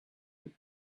with